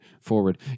forward